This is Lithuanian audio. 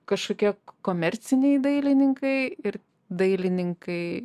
kažkokie komerciniai dailininkai ir dailininkai